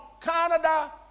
Canada